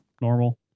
normal